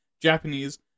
Japanese